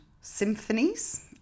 symphonies